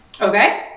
Okay